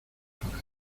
para